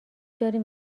داریم